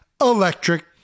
electric